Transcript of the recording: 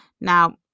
Now